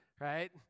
right